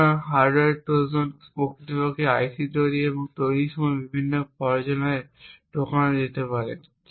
সুতরাং hardware trojan প্রকৃতপক্ষে IC তৈরি এবং তৈরির সময় বিভিন্ন পর্যায়ে ঢোকানো যেতে পারে